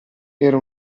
era